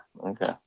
Okay